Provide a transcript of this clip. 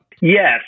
yes